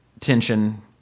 tension